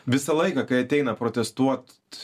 visą laiką kai ateina protestuot